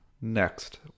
next